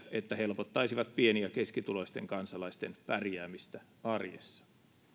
että helpottaisivat pieni ja keskituloisten kansalaisten pärjäämistä arjessa